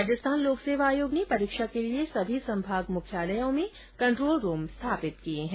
राजस्थान लोकसेवा आयोग ने परीक्षा के लिए सभी संभाग मुख्यालयों में कंट्रोल रूम स्थापित किए है